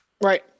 Right